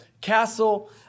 Castle